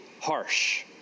harsh